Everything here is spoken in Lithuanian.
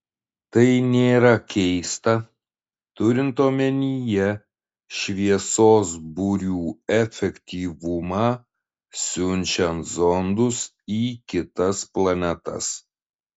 tai nėra keista turint omenyje šviesos burių efektyvumą siunčiant zondus į kitas planetas